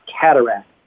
Cataract